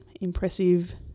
impressive